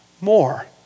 more